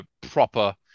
proper